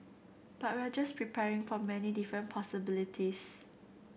but we're just preparing for many different possibilities